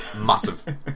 massive